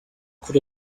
could